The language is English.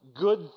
good